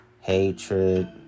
hatred